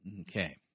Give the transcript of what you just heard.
Okay